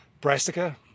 brassica